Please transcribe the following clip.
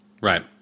right